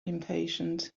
impatient